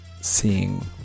seeing